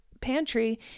pantry